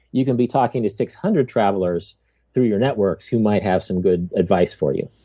you can be talking to six hundred travelers through your networks, who might have some good advice for you.